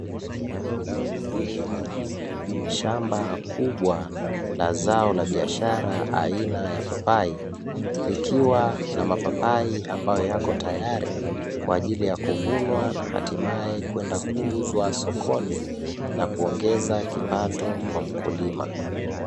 Shamba kubwa la zao la biashara aina ya papai likiwa na mapapai yaliyo tayari, kwa ajili ya kuvunwa na hatimae kwenda kuuzwa sokoni na kuongeza kipato kwa mkulima.